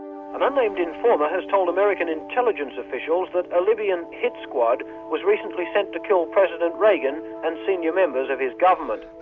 an unnamed informer has told american intelligence officials that a libyan hit squad was recently sent to kill president reagan and senior members of his government.